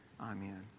Amen